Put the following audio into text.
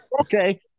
Okay